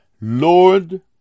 lord